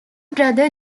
brother